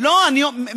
זה כזה.